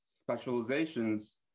specializations